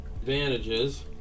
advantages